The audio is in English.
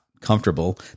comfortable